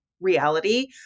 reality